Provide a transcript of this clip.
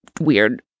weird